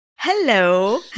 Hello